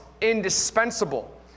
indispensable